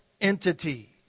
entity